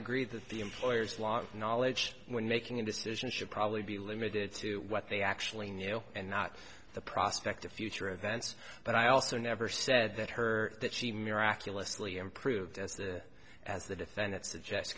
agree that the employer's long knowledge when making a decision should probably be limited to what they actually knew and not the prospect of future events but i also never said that her that she miraculously improved as the as the defendant